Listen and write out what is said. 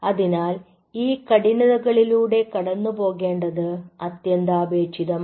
അതിനാൽ ഈ കഠിനതകളിലൂടെ കടന്നു പോകേണ്ടത് അത്യന്താപേക്ഷിതമാണ്